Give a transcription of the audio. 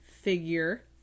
figure